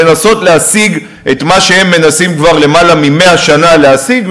לנסות להשיג את מה שהם מנסים כבר יותר מ-100 שנה להשיג,